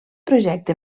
projecte